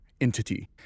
entity